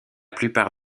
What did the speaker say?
plupart